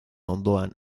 ondoan